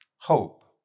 Hope